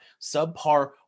subpar